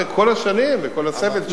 אחרי כל השנים וכל הסבל שנגרם.